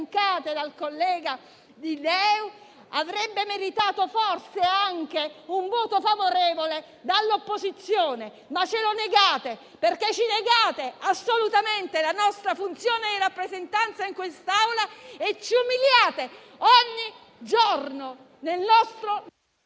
dal collega di LeU, avrebbero meritato forse anche un voto favorevole dall'opposizione, ma ce lo negate, perché ci negate la nostra funzione di rappresentanza in quest'Assemblea e ci umiliate ogni giorno. *(Il microfono